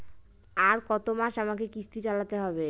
আর কতমাস আমাকে কিস্তি চালাতে হবে?